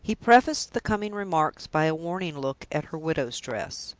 he prefaced the coming remarks by a warning look at her widow's dress.